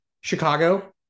Chicago